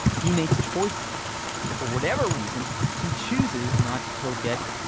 he makes choices for whatever reason he chooses not to kill debbie.